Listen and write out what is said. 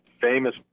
famous